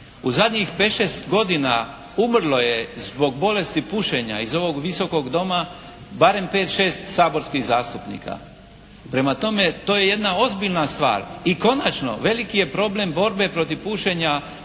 U zadnjih 5, 6 godina umrlo je zbog bolesti pušenja iz ovog Visokog doma barem 5, 6 saborskih zastupnika. Prema tome, to je jedna ozbiljna stvar. I konačno, veliki je problem borbe protiv pušenja